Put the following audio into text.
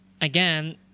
again